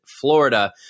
Florida